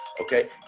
okay